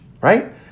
right